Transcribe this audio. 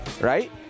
right